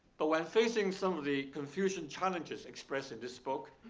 but when facing some of the confucian challenges expressed in this book,